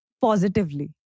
positively